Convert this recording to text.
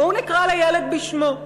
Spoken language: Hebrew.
בואו נקרא לילד בשמו.